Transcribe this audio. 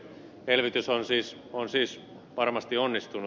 elvytys on siis varmasti onnistunut